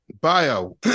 Bio